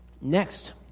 Next